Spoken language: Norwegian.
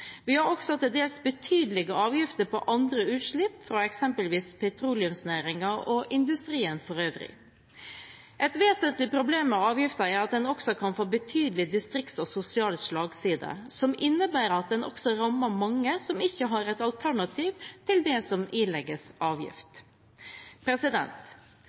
Vi har også til dels betydelige avgifter på andre utslipp fra eksempelvis petroleumsnæringen og industrien for øvrig. Et vesentlig problem ved avgiften er at den også kan få en betydelig distrikts- og sosial slagside, som innebærer at den også rammer mange som ikke har et alternativ til det som ilegges avgift.